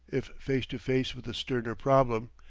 if face to face with a sterner problem.